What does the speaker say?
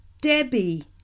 Debbie